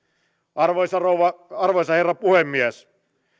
arvoisa herra puhemies